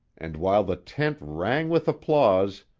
and while the tent rang with applause,